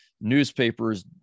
newspapers